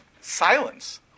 silence